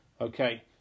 Okay